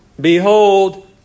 Behold